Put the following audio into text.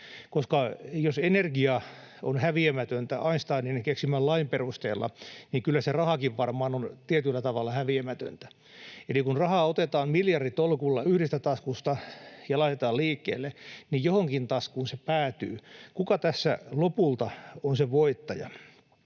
koska jos energia on häviämätöntä Einsteinin keksimän lain perusteella, niin kyllä se rahakin varmaan on tietyllä tavalla häviämätöntä. Eli kun rahaa otetaan miljarditolkulla yhdestä taskusta ja laitetaan liikkeelle, niin johonkin taskuun se päätyy. Kuka tässä lopulta on se voittaja?